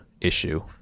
issue